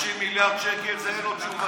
50 מיליארד שקל, על זה אין לו תשובה.